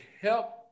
help